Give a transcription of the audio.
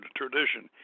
tradition